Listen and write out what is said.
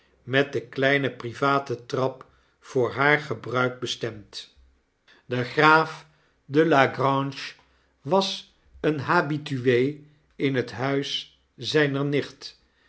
met de kleine private trap voor haar rbruik bestemd de graaf de la grange was een habitue in het huis zper nicht